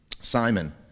Simon